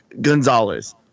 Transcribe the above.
Gonzalez